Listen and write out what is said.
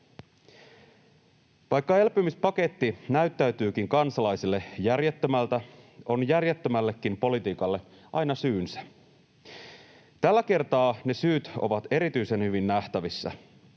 Vaikka elpymispaketti näyttäytyykin kansalaisille järjettömältä, on järjettömällekin politiikalle aina syynsä. Tällä kertaa ne syyt ovat erityisen hyvin nähtävissä.